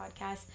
podcast